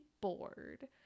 bored